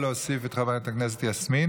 אני יכול להוסיף את חברת הכנסת יסמין